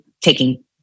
taking